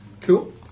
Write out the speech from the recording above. Cool